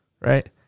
right